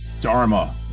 Dharma